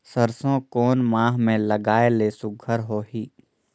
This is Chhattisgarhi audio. सरसो कोन माह मे लगाय ले सुघ्घर होही?